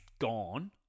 gone